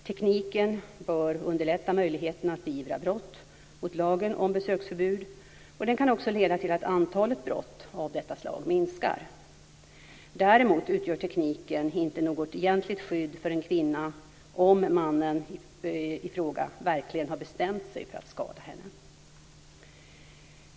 Tekniken bör underlätta möjligheterna att beivra brott mot lagen om besöksförbud, och den kan också leda till att antalet brott av detta slag minskar. Däremot utgör tekniken inte något egentligt skydd för en kvinna om mannen i fråga verkligen har bestämt sig för att skada henne.